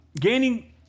gaining